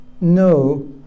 no